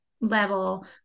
level